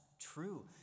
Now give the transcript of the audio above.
true